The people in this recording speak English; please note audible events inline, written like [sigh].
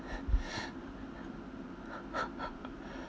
[laughs]